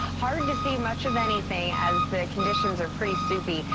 hard to see much of anything, as the conditions are pretty soupy.